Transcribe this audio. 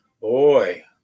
boy